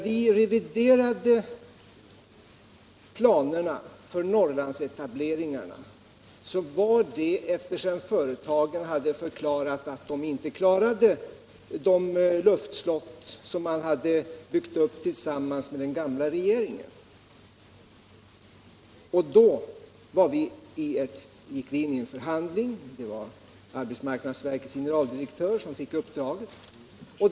Vi reviderade planerna för Norrlandseta Nr 138 bleringarna efter det att företagen förklarat att man inte klarade att fort Onsdagen den sätta med de luftslott som man hade börjat bygga upp tillsammans med 25 maj 1977 den gamla regeringen. Vi gick då in i en förhandling. Det var arbets I marknadsverkets generaldirektör som fick uppdraget.